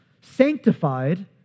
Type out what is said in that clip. Sanctified